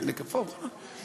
בית-נקופה וכו'.